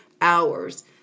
hours